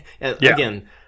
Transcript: again